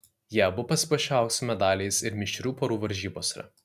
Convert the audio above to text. jie abu pasipuošė aukso medaliais ir mišrių porų varžybose